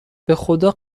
بخدا